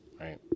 right